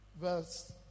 verse